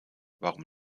warum